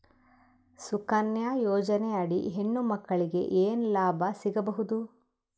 ಸುಕನ್ಯಾ ಯೋಜನೆ ಅಡಿ ಹೆಣ್ಣು ಮಕ್ಕಳಿಗೆ ಏನ ಲಾಭ ಸಿಗಬಹುದು?